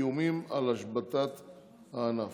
איומים על השבתת הענף,